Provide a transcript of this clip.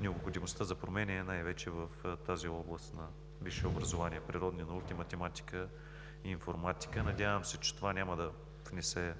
необходимостта от промени е най-вече в тази област на висшето образование – природни науки, математика и информатика. Надявам се, че това няма да внесе